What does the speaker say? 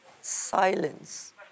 Silence